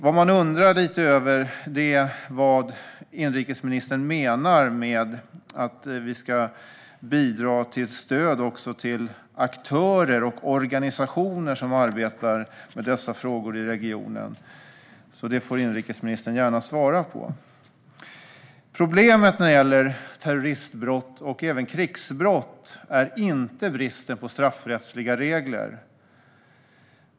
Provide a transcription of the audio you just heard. Vad man undrar lite över är vad inrikesministern menar med att vi ska bidra till ett stöd också till aktörer och organisationer som arbetar med dessa frågor i regionen. Det får inrikesministern gärna svara på. Problemet när det gäller terroristbrott och även krigsbrott är inte bristen på straffrättsliga regler.